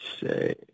say